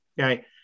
Okay